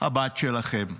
הבת שלכם,